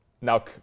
Now